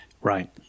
Right